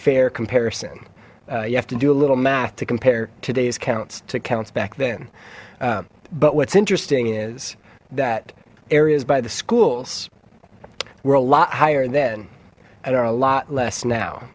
fair comparison you have to do a little math to compare today's counts to counts back then but what's interesting is that areas by the schools were a lot higher than and are a lot less now